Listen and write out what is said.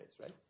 right